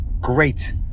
Great